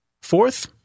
Fourth